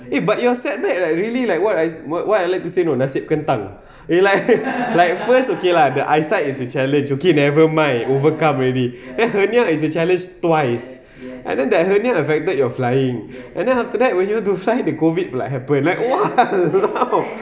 eh but your setback like really like what I what what I like to say you know nasib kentang eh like like first okay lah the eyesight is a challenge okay never mind overcome already hernia is a challenge twice and then that hernia affected your flying and then after that when you were to fly the COVID pula happen like !wow!